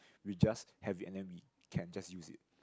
we just have it and then we can just use it